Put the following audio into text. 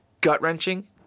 gut-wrenching